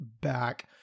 back